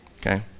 Okay